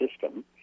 system